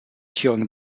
during